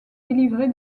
délivrée